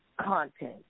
content